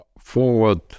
forward